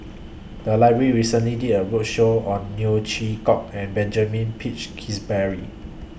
The Library recently did A roadshow on Neo Chwee Kok and Benjamin Peach Keasberry